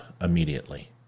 immediately